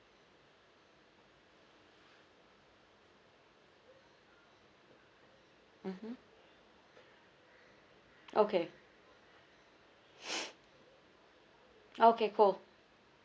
mmhmm okay okay cool